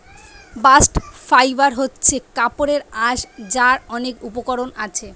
bast fibre হচ্ছে কাপড়ের আঁশ যার অনেক উপকরণ আছে